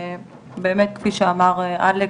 באמת כפי שאמר אלכס,